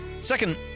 Second